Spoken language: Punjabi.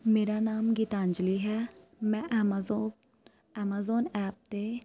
ਮੇਰਾ ਨਾਮ ਗੀਤਾਂਜਲੀ ਹੈ ਮੈਂ ਐਮਾਜੋ ਐਮਾਜ਼ੋਨ ਐਪ 'ਤੇ